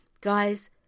guys